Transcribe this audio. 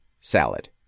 salad